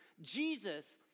Jesus